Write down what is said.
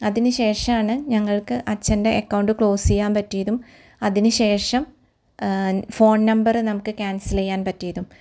അതിന് ശേഷമാണ് ഞങ്ങൾക്ക് അച്ഛൻ്റെ എക്കൗണ്ട് ക്ലോസ്സ് ചെയ്യാൻ പറ്റിയതും അതിന് ശേഷം ഫോൺ നമ്പറ് നമുക്ക് ക്യാൻസല് ചെയ്യാൻ പറ്റിയതും